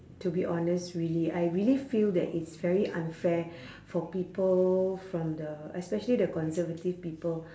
to be honest really I really feel that it's very unfair for people from the especially the conservative people